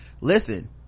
listen